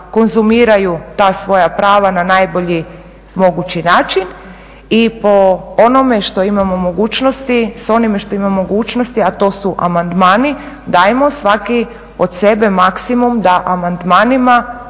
konzumiraju ta svoja prava na najbolji mogući način i po onome što imamo mogućnosti s onime što imamo mogućnosti, a to su amandmani, dajmo svaki od sebe maksimum da amandmanima